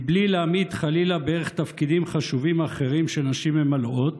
בלי להמעיט חלילה בערך תפקידים חשובים אחרים שנשים ממלאות,